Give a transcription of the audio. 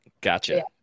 Gotcha